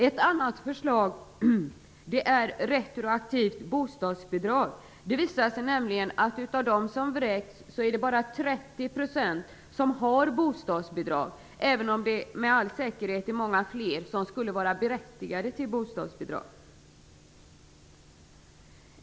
Ett annat förslag är retroaktivt bostadsbidrag. Det visar sig nämligen att av de som vräks är det bara 30 % som har bostadsbidrag, även om det med all säkerhet är många fler som skulle vara berättigade till bostadsbidrag.